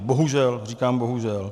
Bohužel, říkám bohužel.